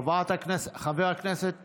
חבר הכנסת